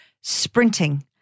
sprinting